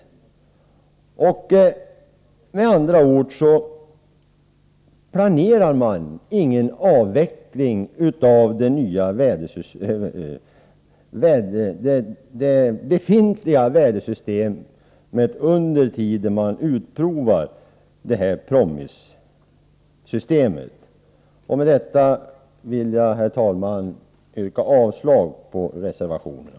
Med andra ord: Man planerar ingen avveckling av det befintliga vädersystemet under den tid då man utprovar PROMIS. Med detta vill jag, herr talman, yrka avslag på reservationerna.